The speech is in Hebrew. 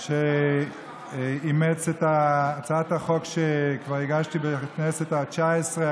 כך שאימץ את הצעת החוק שכבר הגשתי בכנסת התשע-עשרה,